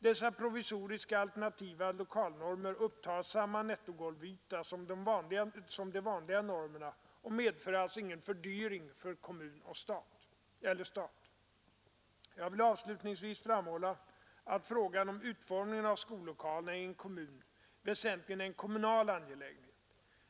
Dessa provisoriska alternativa lokalnormer upptar samma nettogolvyta som de vanliga normerna och medför alltså ingen fördyring för kommun eller stat. Jag vill avslutningsvis framhålla att frågan om utformningen av skollokalerna i en kommun väsentligen är en kommunal angelägenhet.